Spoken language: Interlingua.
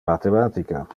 mathematica